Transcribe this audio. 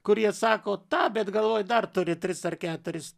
kurie sako tą bet galvoj dar turi tris ar keturis